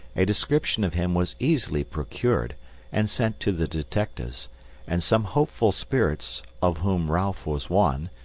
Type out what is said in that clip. a description of him was easily procured and sent to the detectives and some hopeful spirits, of whom ralph was one,